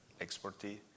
expertise